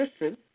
listen